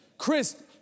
Chris